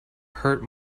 hurt